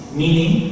meaning